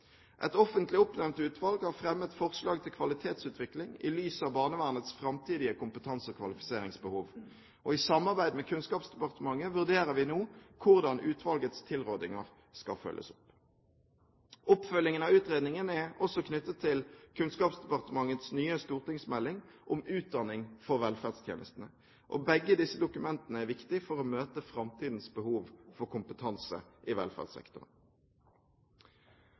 Et offentlig oppnevnt utvalg har fremmet forslag til kvalitetsutvikling i lys av barnevernets framtidige kompetanse- og kvalifiseringsbehov. I samarbeid med Kunnskapsdepartementet vurderer vi nå hvordan utvalgets tilrådinger skal følges opp. Oppfølgingen av utredningen er også knyttet til Kunnskapsdepartementets nye stortingsmelding om utdanning for velferdstjenestene. Begge disse dokumentene er viktige for å møte framtidens behov for kompetanse i velferdssektoren.